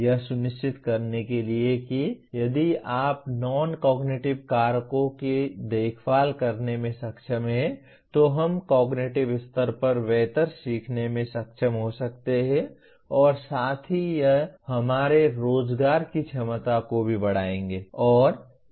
यह सुनिश्चित करने के लिए कि यदि आप नॉन कॉग्निटिव कारकों की देखभाल करने में सक्षम हैं तो हम कॉग्निटिव स्तर पर बेहतर सीखने में सक्षम हो सकते हैं और साथ ही यह हमारे रोजगार की क्षमता को भी बढ़ाएगा